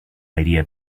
idea